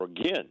again